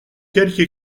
quelque